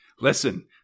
Listen